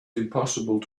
impossible